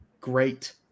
great